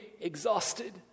exhausted